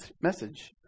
message